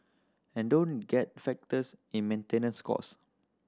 and don't get factors in maintenance cost